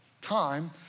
time